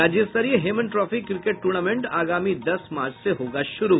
और राज्यस्तरीय हेमन ट्रॉफी क्रिकेट टूर्नामेंट आगामी दस मार्च से होगा शुरू